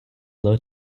low